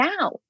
now